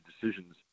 decisions